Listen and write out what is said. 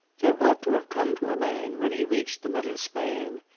there ought to have come to a man, when he reached the middle span,